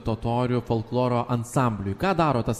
totorių folkloro ansambliui ką daro tas